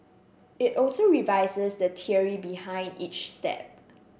it also revises the theory behind each step